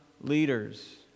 leaders